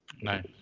Nice